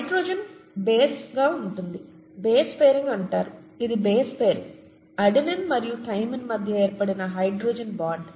nitrogen బేస్గా ఉంది base pairing అంటారు ఇది బేస్ పేరింగ్ అడెనైన్ మరియు థైమిన్ మధ్య ఏర్పడిన హైడ్రోజన్ బాండ్